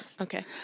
Okay